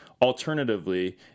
Alternatively